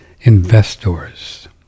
investors